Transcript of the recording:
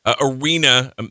arena